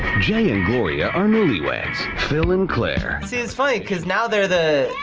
jay and gloria are newlyweds. phil and claire. see, it's funny, cause now they're the.